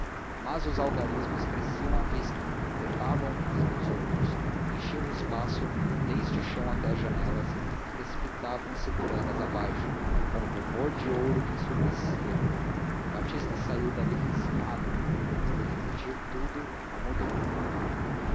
mas os algarismos cresciam à vista trepavam uns nos outros enchiam o espaço desde o chão até às janelas e precipitavam se por elas abaixo com um rumor de ouro que ensurdecia batista saiu dali fascinado e foi repetir tudo à mulher